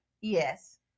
Yes